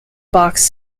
box